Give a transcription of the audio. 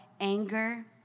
Anger